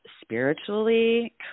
spiritually